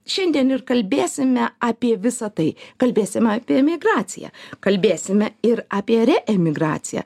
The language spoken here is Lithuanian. šiandien ir kalbėsime apie visa tai kalbėsim apie emigraciją kalbėsime ir apie reemigraciją